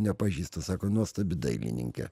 nepažįstu sako nuostabi dailininkė